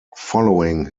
following